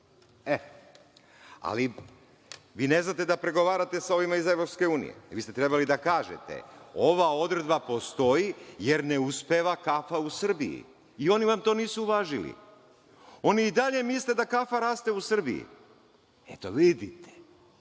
vi ne znate da pregovarate sa ovim iz EU. Vi ste trebali da kažete - ova odredba postoji, jer ne uspeva kafa u Srbiji i oni vam to nisu uvažili. Oni i dalje misle da kafa raste u Srbiji, eto, vidite. Šta